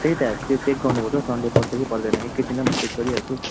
त्यही त त्यो चेक गर्नुपर्थ्यो सन्डे पर्छ कि पर्दैन एकैछिन ल म चेक गरिहाल्छु